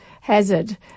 hazard